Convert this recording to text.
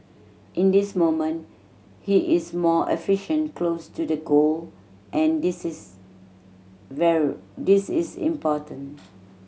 in this moment he is more efficient close to the goal and this is this is important